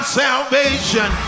salvation